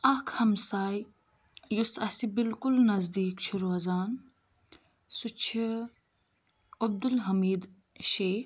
اَکھ ہمساے یُس اسہِ بالکُل نزدیٖک چھُ روزان سُہ چھُ عبد الحمید شیخ